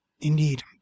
Indeed